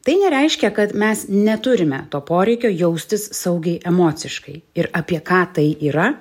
tai nereiškia kad mes neturime to poreikio jaustis saugiai emociškai ir apie ką tai yra